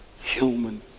human